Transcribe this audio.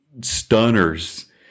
stunners